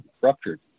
ruptured